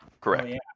Correct